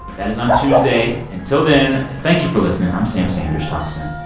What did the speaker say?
that is on tuesday. until then, thank you for listening. i'm sam sanders. talk soon